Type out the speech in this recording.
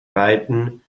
beiden